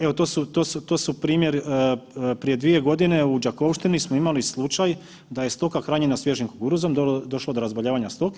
Evo to su primjer, prije dvije godine u Đakovštini smo imali slučaj da je stoka hranjena svježim kukuruzom došlo do razbolijevanja stoke.